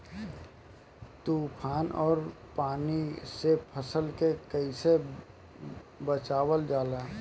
तुफान और पानी से फसल के कईसे बचावल जाला?